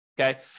okay